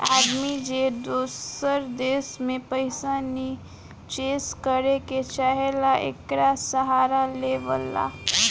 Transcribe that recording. आदमी जे दूसर देश मे पइसा निचेस करे के चाहेला, एकर सहारा लेवला